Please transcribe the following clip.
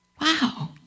Wow